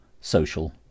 social